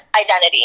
identity